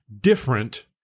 different